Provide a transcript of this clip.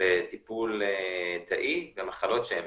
לטיפול תאי במחלות שהן